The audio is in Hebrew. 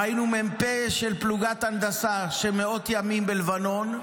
ראינו מ"פ של פלוגת הנדסה שמאות ימים בלבנון,